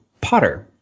potter